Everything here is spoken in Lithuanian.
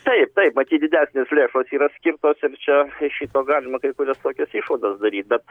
taip taip matyt didesnės lėšos yra skirtos ir čia iš šito galima kai kurias tokias išvadas daryt bet